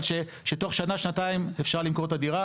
אבל שתוך שנה-שנתיים אפשר למכור את הדירה.